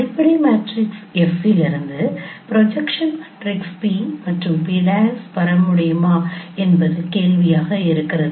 அடிப்படை matrix F இலிருந்து projection மேட்ரிக்ஸை P மற்றும் P பெற முடியுமா என்பது கேள்வியாக இருக்கிறது